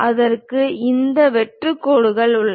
அதற்குள் இந்த வெற்று கோடுகள் உள்ளன